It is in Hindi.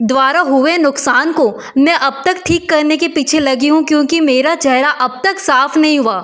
द्वारा हुए नुकसान को मैं अब तक ठीक करने के पीछे लगी हूँ क्योंकि मेरा चेहरा अब तक साफ नहीं हुआ